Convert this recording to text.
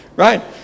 Right